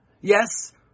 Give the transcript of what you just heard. Yes